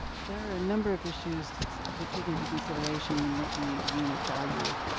there are a number of issues to take into consideration in looking at unit value.